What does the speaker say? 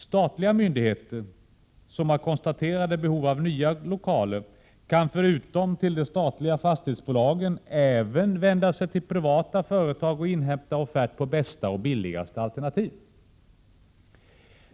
Statliga myndigheter som har konstaterade behov av nya lokaler kan förutom till de statliga fastighetsbolagen även vända sig till privata företag och inhämta offert på bästa och billigaste alternativ.